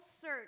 search